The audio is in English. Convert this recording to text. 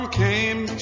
came